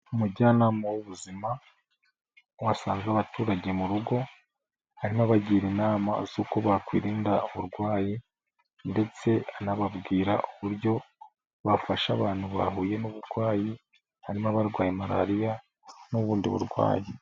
Umujyanama w'ubuzima wasanze abaturage mu rugo arimo abagira inama z'uko bakwirinda uburwayi ndetse anababwira uburyo bafasha abantu bahuye n'uburwayi, harimo abarwaye Malariya n'ubundi burwayi.